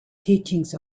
teachings